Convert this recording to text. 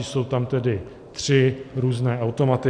Jsou tam tedy tři různé automaty.